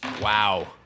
Wow